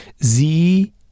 Sie